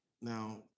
Now